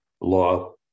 law